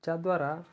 ଯାହା ଦ୍ୱାରା